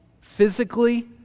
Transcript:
physically